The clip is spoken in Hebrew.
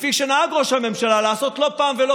כפי שנהג ראש הממשלה לעשות לא פעם ולא